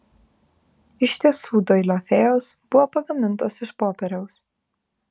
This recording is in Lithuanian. iš tiesų doilio fėjos buvo pagamintos iš popieriaus